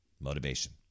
Motivation